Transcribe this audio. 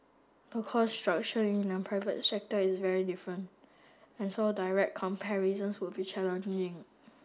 the cost structure in the private sector is very different and so direct comparisons would be challenging